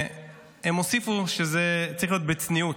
הם הוסיפו שזה צריך להיות בצניעות,